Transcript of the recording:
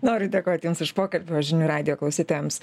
noriu dėkot jums už pokalbį o žinių radijo klausytojams